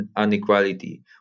inequality